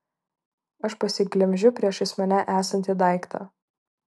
aš pasiglemžiu priešais mane esantį daiktą